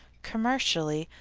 commercially,